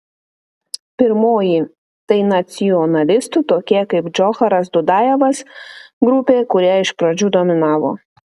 pirmoji tai nacionalistų tokie kaip džocharas dudajevas grupė kurie iš pradžių dominavo